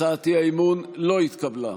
הצעת האי-אמון לא התקבלה.